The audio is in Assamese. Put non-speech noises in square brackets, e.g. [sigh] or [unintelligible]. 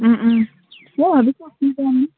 [unintelligible]